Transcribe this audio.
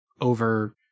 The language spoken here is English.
over